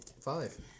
five